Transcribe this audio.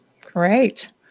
Great